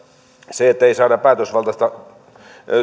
varten ettei saada päätösvaltaista